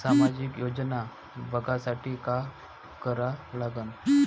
सामाजिक योजना बघासाठी का करा लागन?